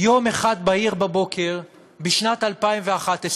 יום אחד בהיר בבוקר, בשנת 2011,